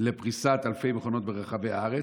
לפריסת אלפי מכונות ברחבי הארץ?